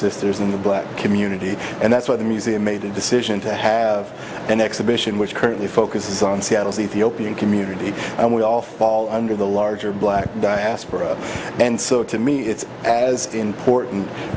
sisters in the black community and that's why the museum made the decision to have an exhibition which currently focus on seattle see the opening community and we all fall under the larger black diaspora and so to me it's as important